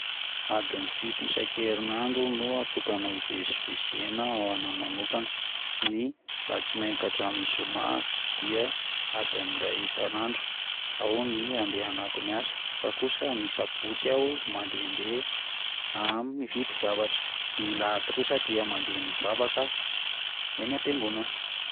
Andin'ny fito isan-kerinandro no atokana hivezivezena ho anahy manokana, de alatsinainy ka hatramin'ny zoma dia andin'ny iray isan'andro, ao ny handehanako miasa, fa kosa ny sabotsy aho mandehandeha ary mividy zavatra, ny lahady kosa de mandeha mivavaka eny ampiangonana.